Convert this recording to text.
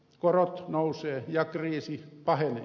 korot nousevat ja kriisi pahenee